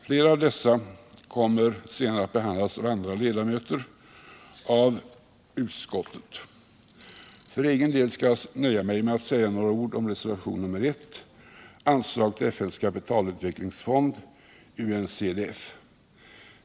Flera av dessa kommer senare att behandlas av andra ledamöter av utskottet. För egen del skall jag nöja mig med att säga några ord om reservationen 1 beträffande anslag till FN:s kapitalutvecklingsfond, UNCDF.